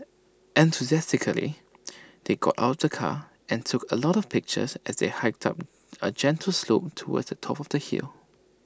enthusiastically they got out of the car and took A lot of pictures as they hiked up A gentle slope towards the top of the hill